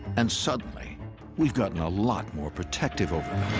and suddenly we've gotten a lot more protective over